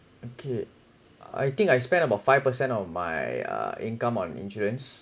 okay I think I spent about five percent of my uh income on insurance